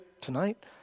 tonight